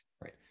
right